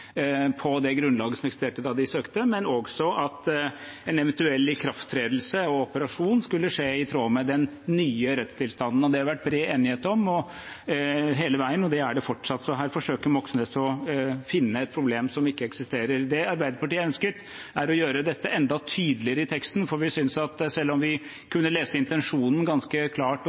på det grunnlaget som eksisterte da det ble søkt, men også at en eventuell ikrafttredelse og operasjon skulle skje i tråd med den nye rettstilstanden. Det har det vært bred enighet om hele veien, og det er det fortsatt, så her forsøker Moxnes å finne et problem som ikke eksisterer. Det Arbeiderpartiet har ønsket, er å gjøre dette enda tydeligere i teksten, for vi synes at selv om vi kunne lese intensjonen ganske klart